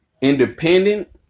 independent